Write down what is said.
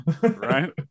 Right